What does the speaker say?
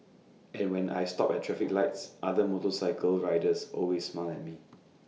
and when I stop at traffic lights other motorcycle riders always smile at me